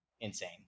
insane